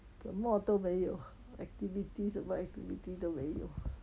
什么都没有 activity 什么 activity 都没有